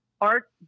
Art